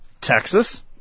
Texas